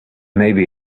maybe